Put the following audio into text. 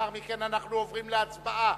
לאחר מכן אנחנו עוברים להצבעה.